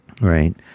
Right